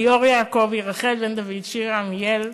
ליאור יעקבי, רחל בן-דוד, שירה עמיאל.